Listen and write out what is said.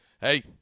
hey